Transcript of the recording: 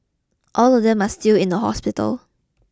all of them are still in a hospital